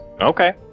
okay